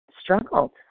struggled